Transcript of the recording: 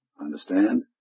Understand